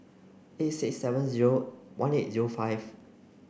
eight six seven zero one eight zero five